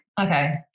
Okay